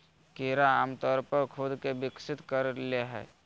कीड़ा आमतौर पर खुद के विकसित कर ले हइ